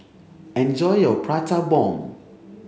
enjoy your Prata Bomb